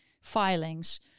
filings